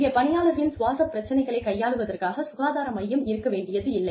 இங்கே பணியாளர்களின் சுவாச பிரச்சனைகளை கையாள்வதற்காக சுகாதார மையம் இருக்க வேண்டியதில்லை